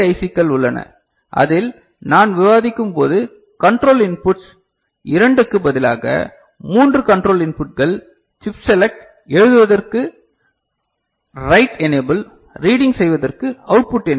க்கள் உள்ளன அதில் நான் விவாதிக்கும் போது கண்ட்ரோல் இன்புட்ஸ் 2 க்கு பதிலாக 3 கண்ட்ரோல் இன்புட்கள் சிப் செலக்ட் எழுதுவதற்கு ரைட் எனேபில் ரீடிங் செய்வதற்கு அவுட் புட் எனேபில்